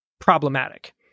problematic